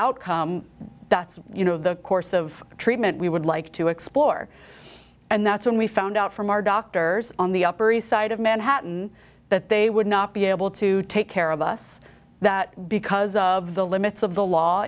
outcome that's you know the course of treatment we would like to explore and that's when we found out from our doctors on the upper east side of manhattan that they would not be able to take care of us that because of the limits of the law